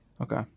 Okay